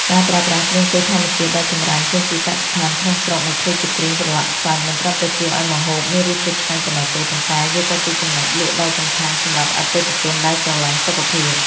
ការប្រើប្រាស់គ្រឿងទេសធម្មជាតិដែលចម្រាញ់ចេញពីកសិដ្ឋានក្នុងស្រុកមកធ្វើជាគ្រឿងប្រឡាក់សាច់ មិនត្រឹមតែជួយឱ្យម្ហូបមានរសជាតិឆ្ងាញ់ប៉ុណ្ណោះទេ ប៉ុន្តែវាក៏ជាចំណុចលក់ដ៏សំខាន់សម្រាប់អតិថិជនដែលស្រឡាញ់សុខភាព។